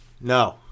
No